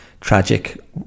tragic